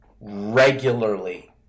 regularly